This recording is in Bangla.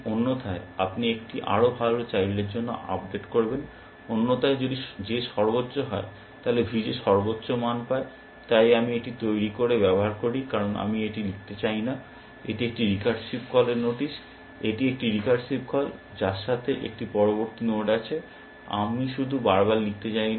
অন্যথায় আপনি একটি আরো ভাল চাইল্ডের জন্য আপডেট করবেন অন্যথায় যদি J সর্বোচ্চ হয় তাহলে VJ সর্বোচ্চ মান পায় তাই আমি এটি তৈরি করে ব্যবহার করি কারণ আমি এটি লিখতে চাই না এটি একটি রিকার্সিভ কলের নোটিশ এটি একটি রিকার্সিভ কল যার সাথে একটি পরবর্তী নোড আছে আমি শুধু বারবার লিখতে জানি না